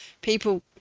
people